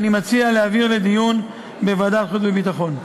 אני מציע להעביר אותה לדיון בוועדת החוץ והביטחון.